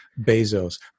Bezos